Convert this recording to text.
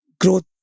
growth